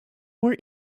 were